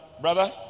Brother